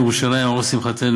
ירושלים על ראש שמחתנו,